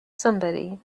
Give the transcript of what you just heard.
somebody